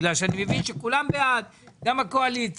בגלל שאני מבין שכולם בעד; גם הקואליציה.